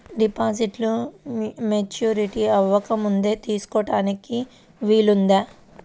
డిపాజిట్ను మెచ్యూరిటీ అవ్వకముందే తీసుకోటానికి వీలుందా?